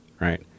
right